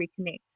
reconnect